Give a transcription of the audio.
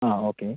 ആ ഓക്കേ